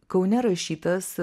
kaune rašytas